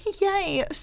Yay